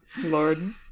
Lord